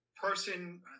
person